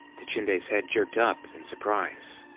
tichinde's head jerked up in surprise.